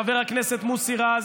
חבר הכנסת מוסי רז.